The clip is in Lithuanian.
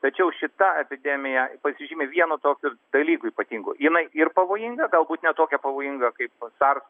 tačiau šita epidemija pasižymi vienu tokiu dalyku ypatingu jinai ir pavojinga galbūt ne tokia pavojinga kaip sars